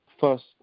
first